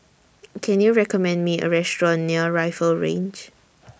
Can YOU recommend Me A Restaurant near Rifle Range